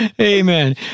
Amen